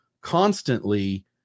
constantly